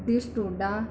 ਡਿਸਟੋਡਾ